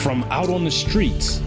from out on the streets